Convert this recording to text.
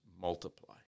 multiply